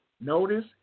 notice